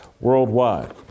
worldwide